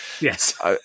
Yes